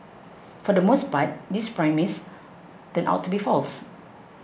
for the most part this premise turned out to be false